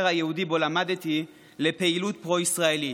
היהודי שבו למדתי לפעילות פרו-ישראלית.